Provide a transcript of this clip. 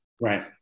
Right